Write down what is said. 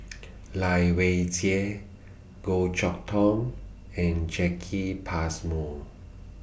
Lai Weijie Goh Chok Tong and Jacki Passmore